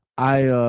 i ah